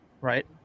right